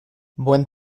buen